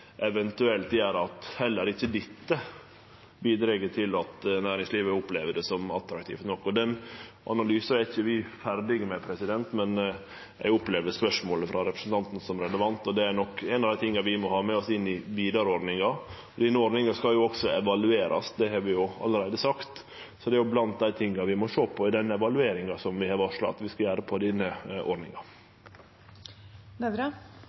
eventuelt gjer at heller ikkje dette bidreg til at næringslivet opplever det som attraktivt nok. Den analysen er ikkje vi ferdig med, men eg opplever spørsmålet frå representanten som relevant. Det er nok ein av dei tinga vi må ha med oss inn i vidare ordningar. Denne ordninga skal òg evaluerast, det har vi allereie sagt, så det er blant dei tinga vi må sjå på i den evalueringa som vi har varsla vi skal gjere av denne ordninga. Et lite spørsmål om E18 Vestkorridoren: Representanten Myrli har vært inne på